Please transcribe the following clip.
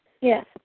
yes